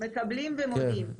מקבלים ומודים.